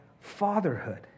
fatherhood